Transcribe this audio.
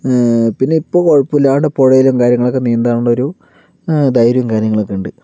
പിന്നെ ഇപ്പോൾ കുഴപ്പമില്ലാണ്ട് പുഴയിലും കാര്യങ്ങളിലൊക്കെ നീന്താനുള്ള ഒരു ധൈര്യവും കാര്യങ്ങളൊക്കെ ഉണ്ട്